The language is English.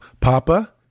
Papa